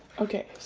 okay,